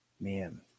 man